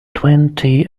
twenty